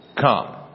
come